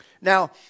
Now